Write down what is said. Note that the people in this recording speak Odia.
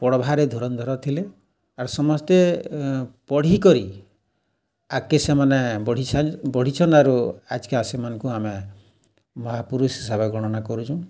ପଢ଼୍ଭାରେ ଧୁରନ୍ଧର ଥିଲେ ଆର୍ ସମସ୍ତେ ପଢ଼ିକରି ଆଗ୍କେ ସେମାନେ ବଢ଼ିଛନ୍ ବଢ଼ିଛନ୍ ଆରୁ ଆଜିକା ସେମାନ୍ଙ୍କୁ ଆମେ ମହାପୁରୁଷ୍ ହିସାବେ ଗଣନା କରୁଚୁଁ